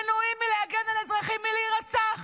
מנועים מלהגן על אזרחים מלהירצח,